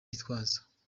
gitwaza